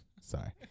Sorry